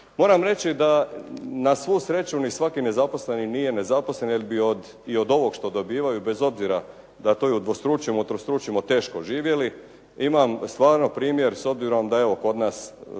Moram reći da na svu sreću ni svaki nezaposleni nije nezaposleni jer bi i od ovog što dobivaju, bez obzira da to i udvostručimo, utrostručimo teško živjeli. Imam stvarno primjer, s obzirom da evo, kod nas